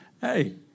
hey